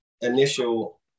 initial